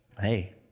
hey